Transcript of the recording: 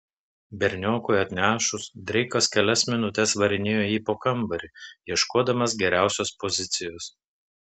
berniokui atnešus dreikas kelias minutes varinėjo jį po kambarį ieškodamas geriausios pozicijos